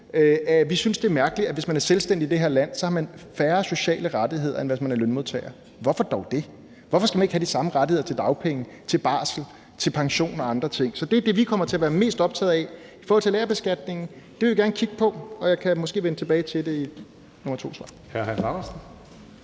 Vi synes, det er mærkeligt, at hvis man er selvstændig i det her land, har man færre sociale rettigheder, end hvis man er lønmodtager. Hvorfor dog det? Hvorfor skal man ikke have de samme rettigheder til dagpenge, til barsel, til pension og andre ting? Så det er det, vi kommer til at være mest optaget af. I forhold til lagerbeskatning vil jeg sige, at det vil vi gerne kigge på, og jeg kan måske vende tilbage til det i nummer to svar.